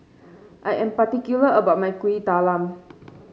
I am particular about my Kuih Talam